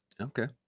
Okay